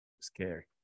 Scary